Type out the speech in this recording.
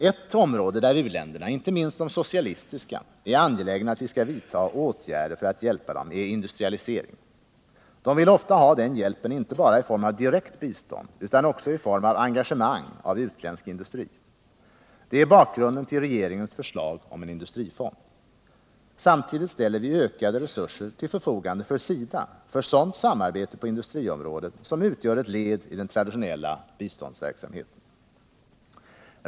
Ett område där u-länderna — inte minst de socialistiska —- är angelägna att vi skall vidta åtgärder för att hjälpa dem är industrialisering. De vill ofta ha den hjälpen inte bara i form av direkt bistånd utan också i form av engagemang av utländsk industri. Det är bakgrunden till regeringens förslag om en industrifond. Samtidigt ställer vi ökade resurser till förfogande för SIDA för sådant samarbete på industriområdet som utgör ett led i den traditionella biståndsverksamheten.